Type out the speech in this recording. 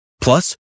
Plus